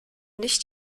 nicht